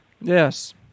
Yes